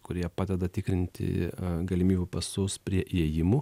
kurie padeda tikrinti galimybių pasus prie įėjimų